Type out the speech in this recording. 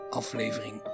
aflevering